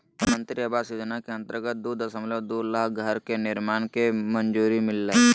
प्रधानमंत्री आवास योजना के अंतर्गत दू दशमलब दू लाख घर के निर्माण के मंजूरी मिललय